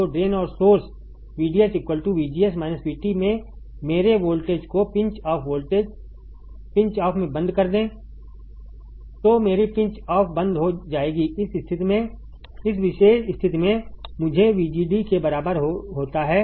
तो ड्रेन और source VDS VGS VT में मेरे वोल्टेज को पिंच ऑफ में बंद कर दें तो मेरी पिंच ऑफ बंद हो जाएगी इस विशेष स्थिति में मुझे VGD के बराबर होता है